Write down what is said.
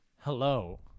Hello